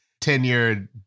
tenured